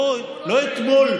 לא אתמול,